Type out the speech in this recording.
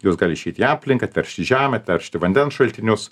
jos gali išeit į aplinką teršti žemę teršti vandens šaltinius